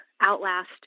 outlast